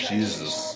Jesus